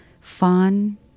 fun